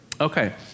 Okay